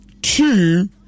Two